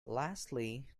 lastly